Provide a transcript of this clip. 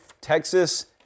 Texas